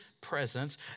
presence